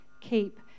keep